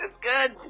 good